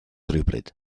rhywbryd